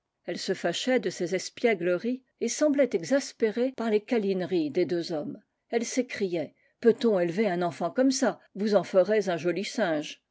elle se fâchait de ses espiègleries et semblait exaspérée par les calineries des deux hommes elle s'écriait peut-on élever un enfant comme ça vous en ferez un joli singe